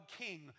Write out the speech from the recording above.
king